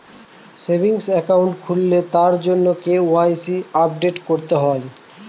savings account খুললে তার জন্য কে.ওয়াই.সি আপডেট করতে হয়